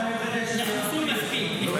יש,